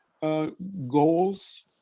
goals